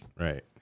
Right